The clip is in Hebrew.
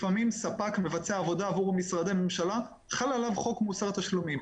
לפעמים ספק מבצע עבודה עבור משרדי ממשלה חל עליו חוק מוסר התשלומים.